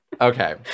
Okay